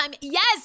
yes